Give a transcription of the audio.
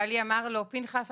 בעלי אמר לו: פנחס,